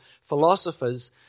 philosophers